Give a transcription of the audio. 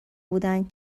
بودند